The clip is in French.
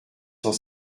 cent